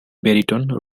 baritone